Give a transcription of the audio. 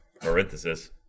parenthesis